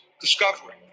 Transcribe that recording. discovery